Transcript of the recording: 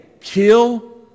kill